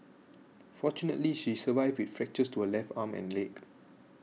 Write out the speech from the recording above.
fortunately she survived with fractures to her left arm and leg